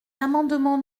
amendements